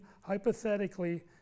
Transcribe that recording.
hypothetically